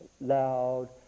loud